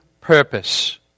purpose